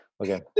Okay